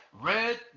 Red